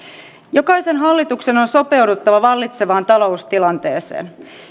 jokaisen hallituksen on sopeuduttava vallitsevaan taloustilanteeseen